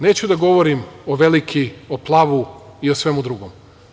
Neću da govorim o Veliki, o Plavu i o svemu drugom.